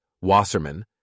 Wasserman